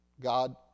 god